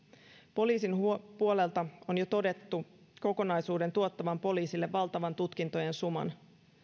poliisin puolelta on jo todettu kokonaisuuden tuottavan poliisille valtavan tutkintojen suman